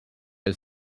his